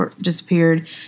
disappeared